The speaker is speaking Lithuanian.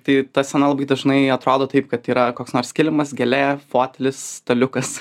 tai ta scena labai dažnai atrodo taip kad yra koks nors kilimas gėlė fotelis staliukas